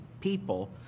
people